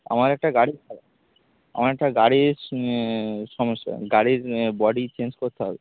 আমার একটা গাড়ি খারা আমার একটা গাড়ির সমস্যা গাড়ির বডি চেঞ্জ করতে হবে